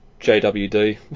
JWD